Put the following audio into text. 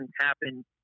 happen